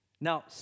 Now